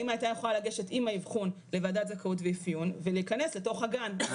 האמא הייתה יכולה לגשת עם האבחון לוועדת זכאות ואפיון ולהיכנס לתוך הגן.